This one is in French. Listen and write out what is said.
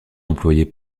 employé